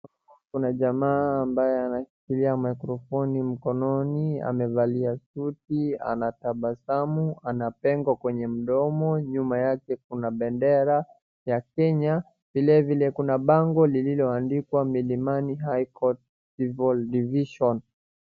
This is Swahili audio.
Hapa kuna jamaa ambaye anashikilia mikrofoni mkononi amevalia suti, anatabasamu anapengo kwenye mdomo. Nyuma yake kuna bendera ya kenya vile vile kuna bango lililoandikwa milimani high court civil division.